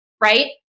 right